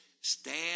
stand